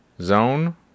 Zone